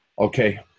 Okay